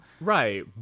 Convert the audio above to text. Right